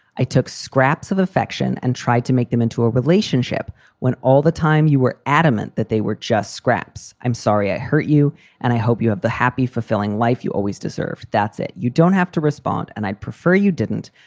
i took scraps of affection and tried to make them into a relationship when all the time you were adamant that they were just scraps. i'm sorry i hurt you and i hope you have the happy, fulfilling life you always deserve. that's it. you don't have to respond. and i'd prefer you didn't.